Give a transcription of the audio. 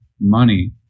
money